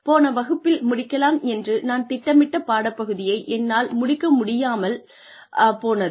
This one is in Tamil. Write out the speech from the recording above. போன வகுப்பில் முடிக்கலாம் என்று நான் திட்டமிட்ட பாடப்பகுதியை என்னால் முடிக்க முடியாமல் போனது